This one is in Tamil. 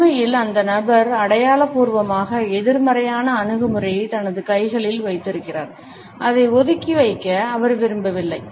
உண்மையில் அந்த நபர் அடையாளப்பூர்வமாக எதிர்மறையான அணுகுமுறையை தனது கைகளில் வைத்திருக்கிறார் அதை ஒதுக்கி வைக்க அவர் விரும்பவில்லை